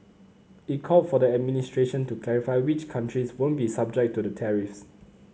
it called for the administration to clarify which countries won't be subject to the tariffs